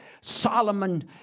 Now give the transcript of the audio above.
Solomon